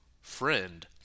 friend